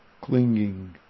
clinging